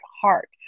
heart